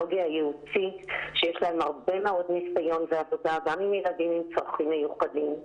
שיש להם הרבה מאוד ניסיון בעבודה גם עם ילדים עם צרכים מיוחדים,